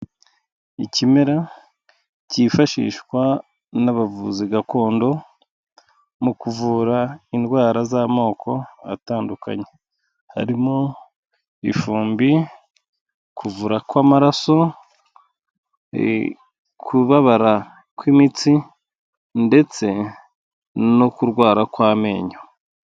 Ikimera cyifashishwa n'abavuzi gakondo mu kuvura indwara z'amoko atandukanye, harimo ifumbi, kuvura kw'amaraso, kubabara kw'imitsi ndetse no kurwara kw'amenyo.